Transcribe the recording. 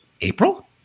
April